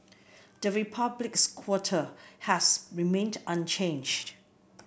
the Republic's quota has remained unchanged